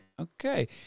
Okay